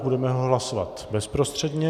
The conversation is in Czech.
Budeme hlasovat bezprostředně.